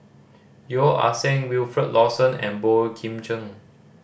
Yeo Ah Seng Wilfed Lawson and Boey Kim Cheng